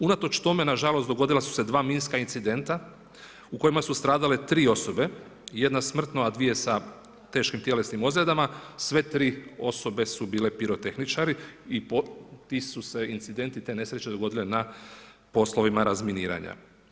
Unatoč tome, na žalost, dogodila su se dva minska incidenta u kojima su stradale 3 osobe, jedna smrtno, a dvije sa teškim tjelesnim ozljedama, sve tri osobe su bile pirotehničari i ti su se incidenti/nesreće dogodile na poslovima razminiranja.